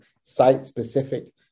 site-specific